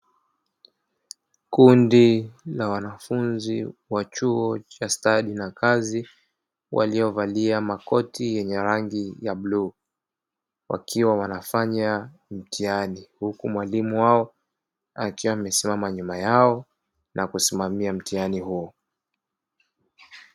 Kundi la wanafunzi wa chuo cha stadi na kazi waliovalia makoti yenye rangi ya bluu, wakiwa wanafanya mitihani huku mwalimu wao akiwa amesimama nyuma yao na kusimamia mtihani huo.